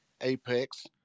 Apex